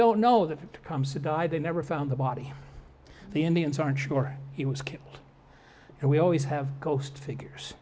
don't know that it comes to die they never found the body the indians aren't sure he was killed and we always have ghost figures